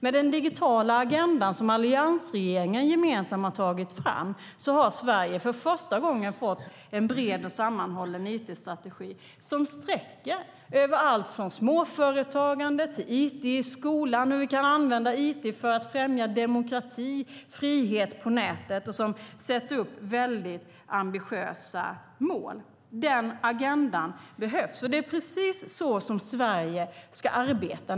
Med den digitala agendan som alliansregeringen gemensamt har tagit fram har Sverige för första gången fått en bred och sammanhållen it-strategi som sträcker sig över alltifrån småföretagande till it i skolan, hur vi kan använda it för att främja demokrati och frihet på nätet och som sätter upp väldigt ambitiösa mål. Den agendan behövs. Det är precis så som Sverige ska arbeta.